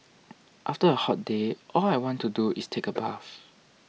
after a hot day all I want to do is take a bath